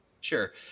Sure